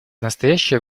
настоящее